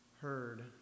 heard